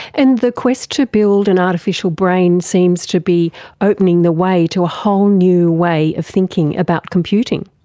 and the quest to build an artificial brain seems to be opening the way to a whole new way of thinking about computing.